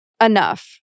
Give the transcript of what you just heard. enough